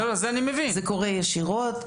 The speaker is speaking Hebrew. זה קורה ישירות.